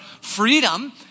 freedom